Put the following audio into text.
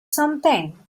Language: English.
something